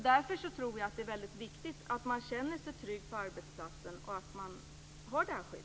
Det är viktigt att man känner sig trygg på arbetsplatsen och har det här skyddet.